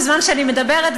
בזמן שאני מדברת,